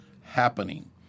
happening